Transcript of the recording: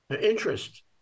interest